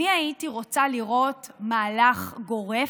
אני הייתי רוצה לראות מהלך גורף,